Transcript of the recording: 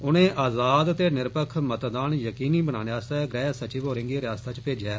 उनें आजाद ते निरपक्ख मतदान यकीनी बनने आस्तै गृह सचिव होरें गी रियास्ता च भेजेआ ऐ